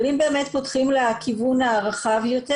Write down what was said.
אבל אם באמת פותחים לכיוון הרחב יותר,